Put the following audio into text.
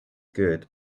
good